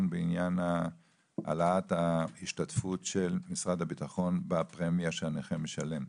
בעניין העלאת ההשתתפות של משרד הביטחון בפרמיה שהנכה משלם.